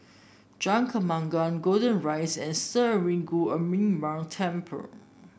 Jalan Kembangan Golden Rise and Sri Arulmigu Murugan Temple